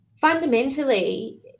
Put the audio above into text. fundamentally